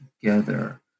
together